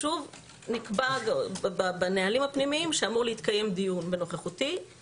נקבע בנהלים הפנימיים שאמור להתקיים דיון בנוכחותי.